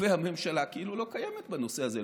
והממשלה כאילו לא קיימת בנושא הזה.